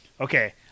okay